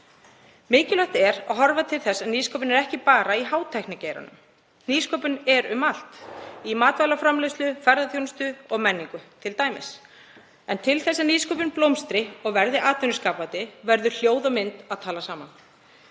Mikilvægt er að horfa til þess að nýsköpun er ekki bara í hátæknigeiranum. Nýsköpun er um allt; í matvælaframleiðslu, ferðaþjónustu og menningu, t.d. En til þess að nýsköpun blómstri og verði atvinnuskapandi verður hljóð og mynd að fara saman.